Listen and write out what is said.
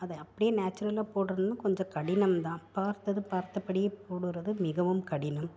அதை அப்படியே நேச்சுரலாக போடணும்னா கொஞ்சம் கடினம்தான் பார்த்தது பார்த்தபடியே போடுறது மிகவும் கடினம்